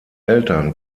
eltern